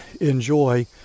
enjoy